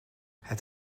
het